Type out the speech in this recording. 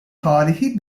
tarihi